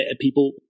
people